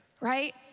right